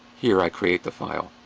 here i create the file.